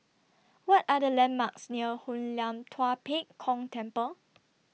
What Are The landmarks near Hoon Lam Tua Pek Kong Temple